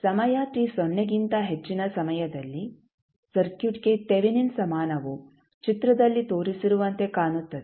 ಸಮಯ t ಸೊನ್ನೆಗಿಂತ ಹೆಚ್ಚಿನ ಸಮಯದಲ್ಲಿ ಸರ್ಕ್ಯೂಟ್ಗೆ ತೆವೆನಿನ್ ಸಮಾನವು ಚಿತ್ರದಲ್ಲಿ ತೋರಿಸಿರುವಂತೆ ಕಾಣುತ್ತದೆ